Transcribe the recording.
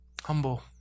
Humble